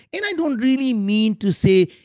and i don't really mean to say,